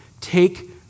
Take